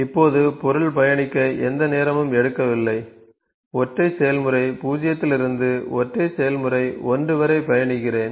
இப்போது பொருள் பயணிக்க எந்த நேரமும் எடுக்கவில்லை ஒற்றை செயல்முறை 0 இலிருந்து ஒற்றை செயல்முறை 1 வரை பயணிக்கிறேன்